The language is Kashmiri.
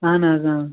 اَہَن حظ